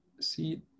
See